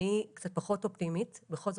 אני קצת פחות אופטימית - בכל זאת,